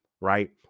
right